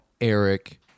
Eric